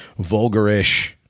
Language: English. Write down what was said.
vulgarish